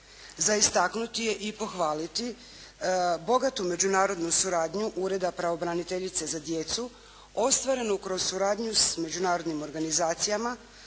Za istaknuti je i pohvaliti bogatu međunarodnu suradnju Ureda pravobraniteljice za djecu ostvarenu kroz suradnju s međunarodnim organizacijama,